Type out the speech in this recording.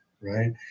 right